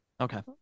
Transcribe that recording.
Okay